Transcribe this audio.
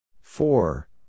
Four